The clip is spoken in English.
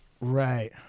Right